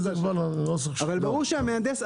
ברור שהמהנדס,